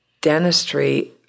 dentistry